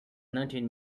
nineteen